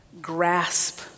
grasp